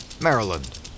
maryland